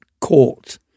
court